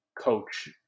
coach